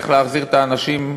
איך להחזיר את האנשים,